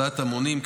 הסעת המונים,